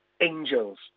angels